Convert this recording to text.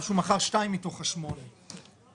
ולדימיר, שרן השכל.